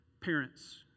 parents